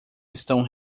estão